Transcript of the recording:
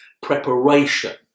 preparation